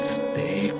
stay